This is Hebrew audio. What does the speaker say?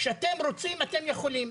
כשאתם רוצים אתם יכולים.